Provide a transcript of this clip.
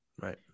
Right